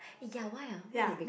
ya why ah why they break up